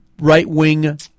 right-wing